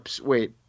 wait